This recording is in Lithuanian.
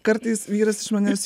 kartais vyras iš manęs